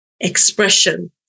expression